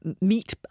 meet